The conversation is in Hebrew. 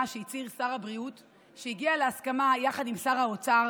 שהצהיר שר הבריאות שהגיע להסכמה עם שר האוצר